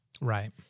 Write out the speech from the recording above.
Right